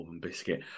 biscuit